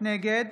נגד